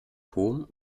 turm